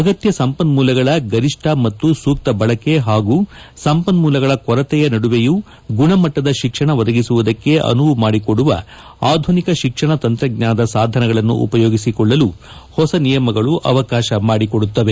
ಅಗತ್ಯ ಸಂಪನ್ಮೂಲಗಳ ಗರಿಷ್ಠ ಮತ್ತು ಸೂಕ್ತ ಬಳಕೆ ಹಾಗೂ ಸಂಪನ್ಮೂಲಗಳ ಕೊರತೆಯ ನಡುವೆಯೂ ಗುಣಮಟ್ಟದ ಶಿಕ್ಷಣ ಒದಗಿಸುವುದಕ್ಕೆ ಅನುವು ಮಾಡಿಕೊಡುವ ಆಧುನಿಕ ಶಿಕ್ಷಣ ತಂತ್ರಜ್ಞಾನದ ಸಾಧನಗಳನ್ನು ಉಪಯೋಗಿಸಿಕೊಳ್ಳಲು ಹೊಸ ನಿಯಮಗಳು ಅವಕಾಶ ಮಾಡಿಕೊಡುತ್ತವೆ